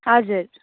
हजुर